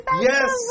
Yes